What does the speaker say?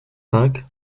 cinq